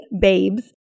babes